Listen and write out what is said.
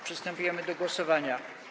Przystępujemy do głosowania.